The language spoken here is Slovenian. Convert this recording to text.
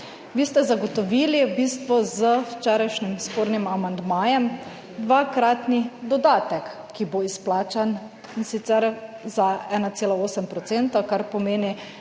Vi ste zagotovili v bistvu z včerajšnjim spornim amandmajem dvakratni dodatek, ki bo izplačan, in sicer za 1,8 %, kar pomeni